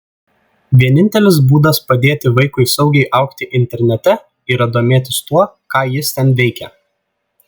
vienintelis būdas padėti vaikui saugiai augti internete yra domėtis tuo ką jis ten veikia